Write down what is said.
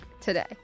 today